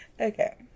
Okay